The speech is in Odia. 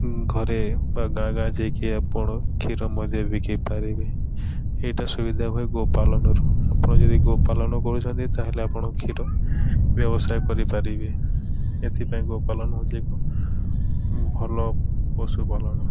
ଘରେ ବା ଗାଁ ଗାଁ ଯାଇକି ଆପଣ କ୍ଷୀର ମଧ୍ୟ ବିକି ପାରିବେ ଏଇଟା ସୁବିଧା ହୁଏ ଗୋ ପାଳନରୁ ଆପଣ ଯଦି ଗୋ ପାଳନ କରୁଛନ୍ତି ତାହେଲେ ଆପଣ କ୍ଷୀର ବ୍ୟବସାୟ କରିପାରିବେ ଏଥିପାଇଁ ଗୋ ପାଳନ ହେଉଛି ଏକ ଭଲ ପଶୁପାଳନ